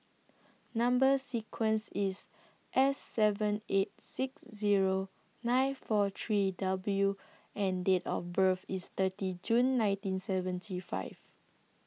Number sequence IS S seven eight six Zero nine four three W and Date of birth IS thirty June nineteen seventy five